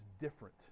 different